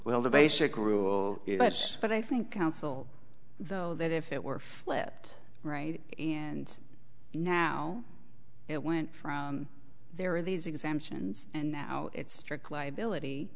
well the basic rule but i think counsel though that if it were flat right and now it went from there are these exemptions and now it's strict liability